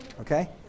Okay